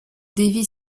devi